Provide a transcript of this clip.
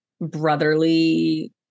brotherly